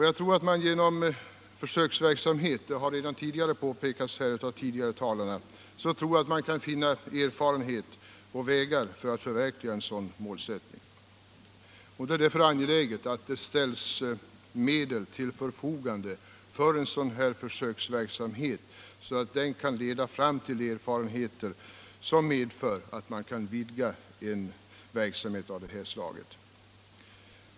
Jag tror att man genom försöksverksamhet kan finna vägar för att förverkliga en sådan målsättning. Det är därför angeläget att medel ställs till förfogande för sådan försöksverksamhet, så att erfarenheter kan vinnas för vidgad verksamhet av detta slag.